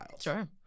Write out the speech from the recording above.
Sure